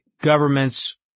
governments